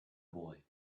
boy